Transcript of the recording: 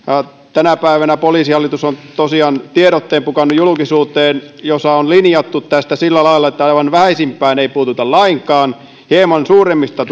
tänä päivänä poliisihallitus on tosiaan tiedotteen pukannut julkisuuteen jossa on linjattu tästä sillä lailla että aivan vähäisimpiin ei puututa lainkaan hieman suuremmista